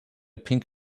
pink